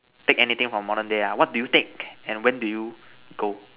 take anything from modern day ah what do you take and when do you go